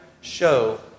show